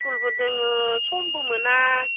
स्कुलबो दङ समबो मोना